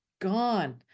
gone